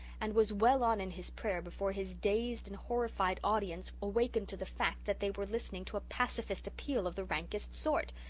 and was well on in his prayer before his dazed and horrified audience awakened to the fact that they were listening to a pacifist appeal of the rankest sort.